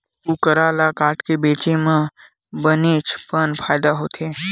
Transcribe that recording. कुकरा ल काटके बेचे म बनेच पन फायदा होथे